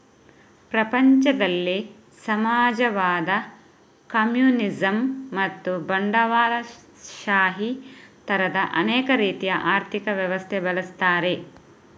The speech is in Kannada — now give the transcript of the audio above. ಪ್ರಪಂಚದಲ್ಲಿ ಸಮಾಜವಾದ, ಕಮ್ಯುನಿಸಂ ಮತ್ತು ಬಂಡವಾಳಶಾಹಿ ತರದ ಅನೇಕ ರೀತಿಯ ಆರ್ಥಿಕ ವ್ಯವಸ್ಥೆ ಬಳಸ್ತಾರೆ